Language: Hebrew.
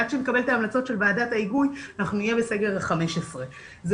עד שנקבל את ההמלצות של ועדת ההיגוי נהיה בסגר 15. זה